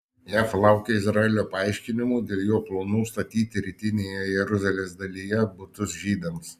jav laukia izraelio paaiškinimų dėl jo planų statyti rytinėje jeruzalės dalyje butus žydams